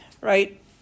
right